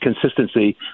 consistency